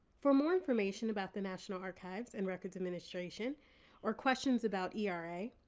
for more information about the national archives and records administration or questions about era,